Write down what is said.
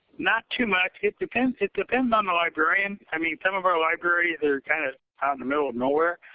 not too much. it depends it depends on the librarian. i mean, some of our libraries are kind of out in the middle of nowhere.